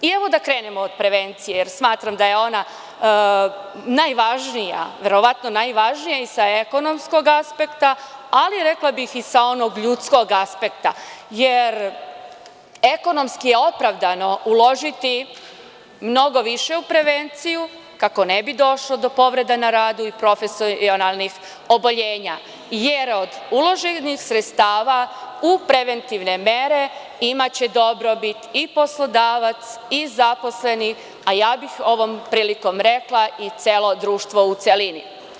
Da krenemo od prevencije, jer smatram da je ona najvažnija i sa ekonomskog aspekta, ali i sa onog ljudskog aspekta, jer ekonomski je opravdano uložiti mnogo više u prevenciju, kako ne bi došlo do povrede na radu i profesionalnih oboljenja, jer od uloženih sredstava u preventivne mere imaće dobrobit i poslodavac i zaposleni, a ja bih ovom prilikom rekla i celo društvo u celini.